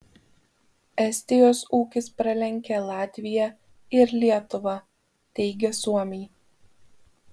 estijos ūkis pralenkia latviją ir lietuvą teigia suomiai